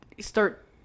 start